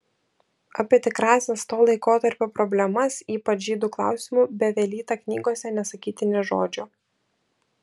apie tikrąsias to laikotarpio problemas ypač žydų klausimu bevelyta knygose nesakyti nė žodžio